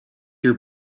your